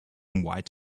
invite